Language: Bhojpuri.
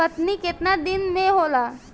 कटनी केतना दिन मे होला?